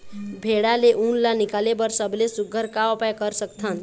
भेड़ा ले उन ला निकाले बर सबले सुघ्घर का उपाय कर सकथन?